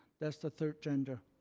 that's the third gender.